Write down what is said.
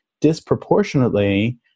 disproportionately